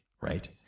right